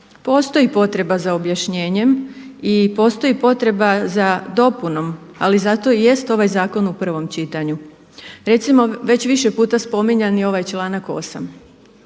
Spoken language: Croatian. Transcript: postoji potreba za objašnjenjem i postoji potreba za dopunom ali zato i jest ovaj zakon u prvom čitanju. Recimo već više puta spominjani ovaj članak 8.